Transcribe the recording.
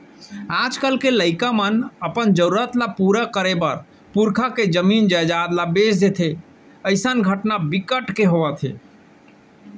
आजकाल के लइका मन अपन जरूरत ल पूरा करे बर पुरखा के जमीन जयजाद ल बेच देथे अइसन घटना बिकट के होवत हे